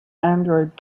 android